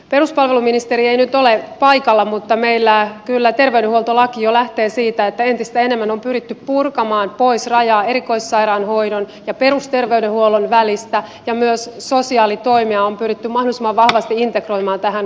peruspalveluministeri ei nyt ole paikalla mutta meillä kyllä terveydenhuoltolaki jo lähtee siitä että entistä enemmän on pyritty purkamaan pois rajaa erikoissairaanhoidon ja perusterveydenhuollon välistä ja myös sosiaalitoimia on pyritty mahdollisimman vahvasti integroimaan tähän kokonaisuuteen